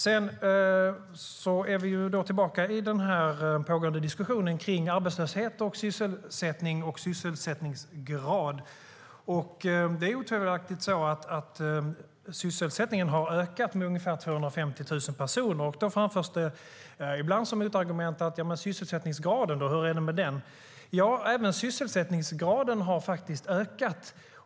Vi är tillbaka i den pågående diskussionen kring arbetslöshet, sysselsättning och sysselsättningsgrad. Det är otvivelaktigt så att sysselsättningen har ökat med ungefär 250 000 personer. Då framförs det ibland som ett motargument: Men hur är det med sysselsättningsgraden? Ja, även sysselsättningsgraden har faktiskt ökat.